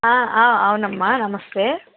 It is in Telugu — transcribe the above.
అవునమ్మా నమస్తే